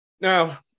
Now